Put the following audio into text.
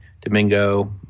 Domingo